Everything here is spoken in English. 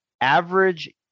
average